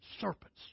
Serpents